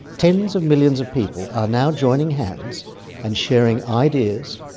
tens of millions of people are now joining hands and sharing ideas,